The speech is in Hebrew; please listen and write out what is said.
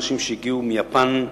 אנשים שהגיעו מיפן,